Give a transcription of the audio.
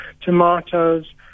tomatoes